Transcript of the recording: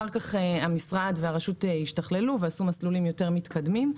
אחר כך המשרד והרשות השתכללו ועשו מסלולים יותר מתקדמים,